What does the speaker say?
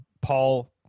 Paul